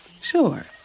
Sure